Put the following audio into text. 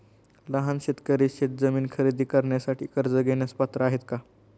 लहान शेतकरी शेतजमीन खरेदी करण्यासाठी कर्ज घेण्यास पात्र आहेत का?